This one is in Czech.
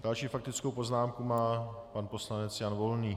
Další faktickou poznámku má pan poslanec Jan Volný.